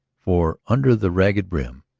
for, under the ragged brim,